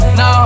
no